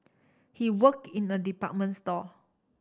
he work in a department store